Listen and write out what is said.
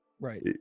right